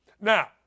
Now